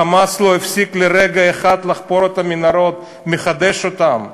"חמאס" לא הפסיק לרגע אחד לחפור את המנהרות ולחדש אותן.